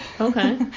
okay